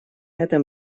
этом